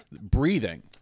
breathing